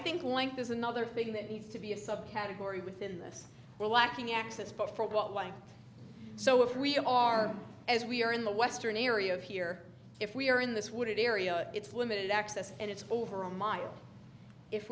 think link there's another thing that needs to be a subcategory within this we're lacking access but for what like so if we are as we are in the western area of here if we are in this wooded area it's limited access and it's over a mile if